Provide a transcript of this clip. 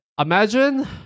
imagine